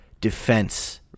defense